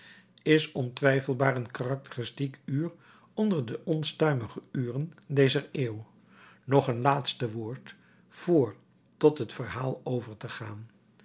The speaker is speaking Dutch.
is ontwijfelbaar een karakteristiek uur onder de onstuimige uren dezer eeuw nog een laatste woord vr tot het verhaal over te gaan